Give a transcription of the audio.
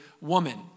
woman